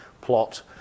plot